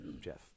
Jeff